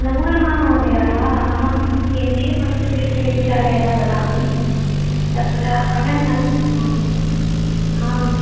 नमोनमः महोदयाः अहं केन्द्रीयसंस्कृतविश्वविद्यालयतः वदामि तत्र पठन् अस् आम्